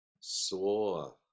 swore